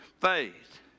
faith